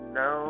no